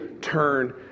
turn